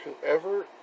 whoever